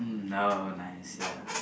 no nice ya